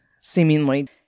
seemingly